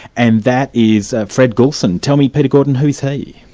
and that is fred gulson tell me, peter gordon, who's he?